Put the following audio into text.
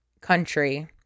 country